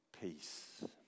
peace